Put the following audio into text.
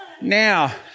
Now